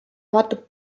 avatud